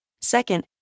Second